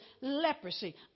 leprosy